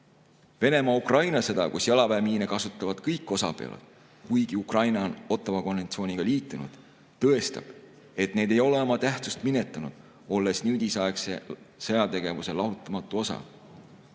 Venemaa-Ukraina sõda, kus jalaväemiine kasutavad kõik osapooled, kuigi Ukraina on Ottawa konventsiooniga liitunud, tõestab, et need ei ole oma tähtsust minetanud, olles nüüdisaegse sõjategevuse lahutamatu osa. Ka